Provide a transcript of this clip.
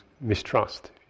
mistrust